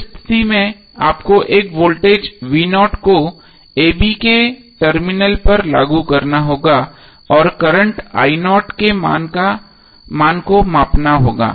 उस स्थिति में आपको एक वोल्टेज को a b के टर्मिनल पर लागू करना होगा और करंटके मान को मापना होगा